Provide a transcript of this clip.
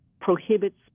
prohibits